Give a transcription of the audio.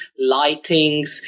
lightings